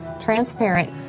transparent